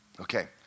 Okay